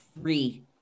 Three